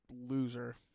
loser